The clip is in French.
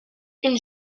une